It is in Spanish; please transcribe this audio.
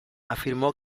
afirmó